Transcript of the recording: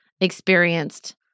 experienced